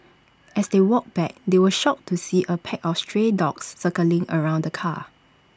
as they walked back they were shocked to see A pack of stray dogs circling around the car